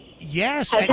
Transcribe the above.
Yes